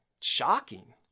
shocking